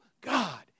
God